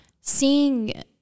Seeing